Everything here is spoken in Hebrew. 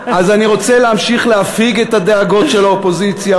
אז אני רוצה להמשיך להפיג את הדאגות של האופוזיציה.